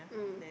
mm